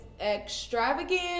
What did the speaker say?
extravagant